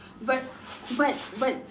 but but but